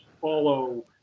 follow